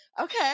Okay